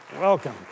Welcome